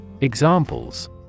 Examples